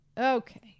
Okay